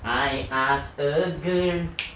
I ask a girl